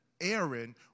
Aaron